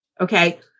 Okay